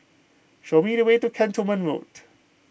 show me the way to Cantonment Road